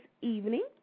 evening